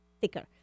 thicker